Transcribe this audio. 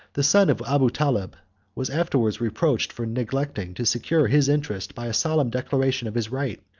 the son of abu taleb was afterwards reproached for neglecting to secure his interest by a solemn declaration of his right,